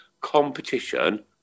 competition